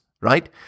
right